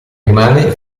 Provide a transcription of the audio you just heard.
rimane